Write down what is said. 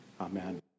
Amen